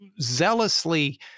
zealously